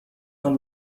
تان